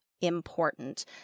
important